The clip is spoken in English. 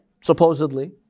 supposedly